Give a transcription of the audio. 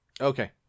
okay